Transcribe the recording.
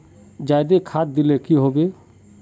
जाबे खाद दिले की होबे?